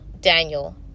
Daniel